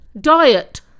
Diet